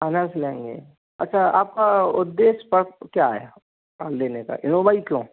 finance लेंगे अच्छा आपका उद्देश्य क्या है लेने का इनोवा ही क्यों